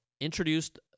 introduced